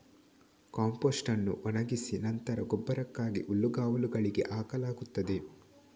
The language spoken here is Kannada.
ಕಾಂಪೋಸ್ಟ್ ಅನ್ನು ಒಣಗಿಸಿ ನಂತರ ಗೊಬ್ಬರಕ್ಕಾಗಿ ಹುಲ್ಲುಗಾವಲುಗಳಿಗೆ ಹಾಕಲಾಗುತ್ತದೆ